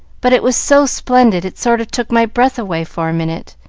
but it was so splendid, it sort of took my breath away for a minute.